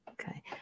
Okay